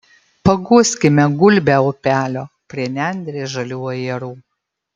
paguoskime gulbę upelio prie nendrės žalių ajerų